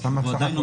אז כמה יש בסך הכול?